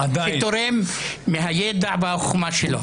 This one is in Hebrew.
ותורם מהידע ומהחוכמה שלו.